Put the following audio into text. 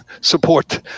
support